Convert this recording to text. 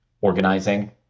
organizing